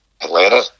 Atlanta